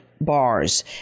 bars